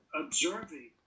observing